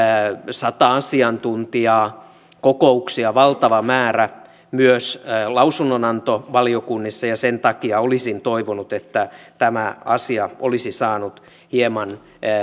sata asiantuntijaa kokouksia valtava määrä myös lausunnonantovaliokunnissa ja sen takia olisin toivonut että tämä asia olisi saanut hieman